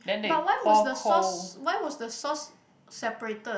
but why was the sauce why was the sauce separated